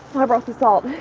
i brought the salt,